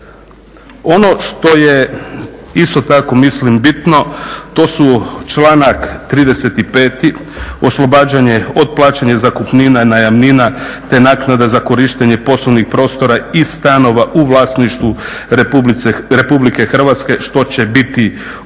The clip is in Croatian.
Ono što je isto tako mislim bitno to su članak 35. oslobađanje od plaćanja zakupnina, najamnina, te naknada za korištenje poslovnih prostora i stanova u vlasništvu Republike Hrvatske što će biti oslobođeno